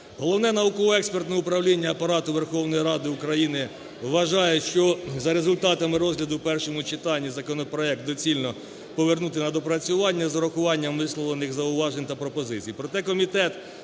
Головне науково-експертне управління Апарату Верховної Ради України вважає, що за результатами розгляду в першому читанні законопроект доцільно повернути на доопрацювання з урахуванням висловлених зауважень та пропозицій.